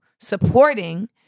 supporting